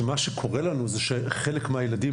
שמה שקורה לנו זה שחלק מהילדים,